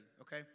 okay